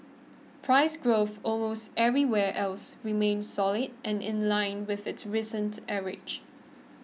price growth almost everywhere else remained solid and in line with its recent average